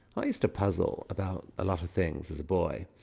i used to puzzle about a lot of things as a boy,